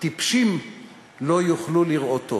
טיפשים לא יוכלו לראותו".